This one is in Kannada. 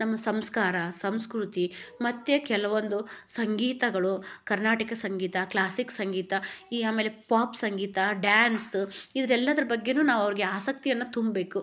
ನಮ್ಮ ಸಂಸ್ಕಾರ ಸಂಸ್ಕೃತಿ ಮತ್ತು ಕೆಲವೊಂದು ಸಂಗೀತಗಳು ಕರ್ನಾಟಿಕಾ ಸಂಗೀತ ಕ್ಲಾಸಿಕ್ ಸಂಗೀತ ಈ ಆಮೇಲೆ ಪಾಪ್ ಸಂಗೀತ ಡ್ಯಾನ್ಸ್ ಇದ್ರೆಲ್ಲದ್ರ ಬಗ್ಗೆಯೂ ನಾವು ಅವ್ರಿಗೆ ಆಸಕ್ತಿಯನ್ನು ತುಂಬಬೇಕು